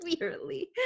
Weirdly